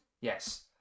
yes